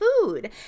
food